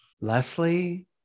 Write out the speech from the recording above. Leslie